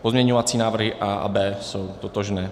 Pozměňovací návrhy A a B jsou totožné.